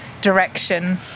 direction